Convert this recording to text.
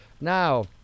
Now